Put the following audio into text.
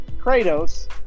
Kratos